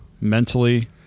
Mentally